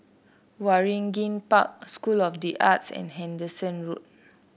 Waringin Park School of the Arts and Hendon Road